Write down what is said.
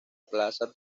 plaza